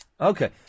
Okay